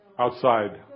Outside